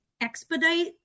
expedite